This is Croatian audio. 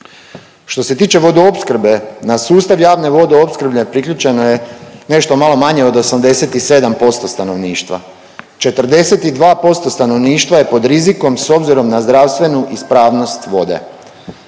Što se tiče vodoopskrbe na sustav javne vodoopskrbe priključeno je nešto malo manje od 87% stanovništva. 42% stanovništva je pod rizikom s obzirom na zdravstvenu ispravnost vode.